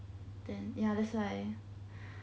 then ya that's why